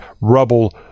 rubble